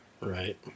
Right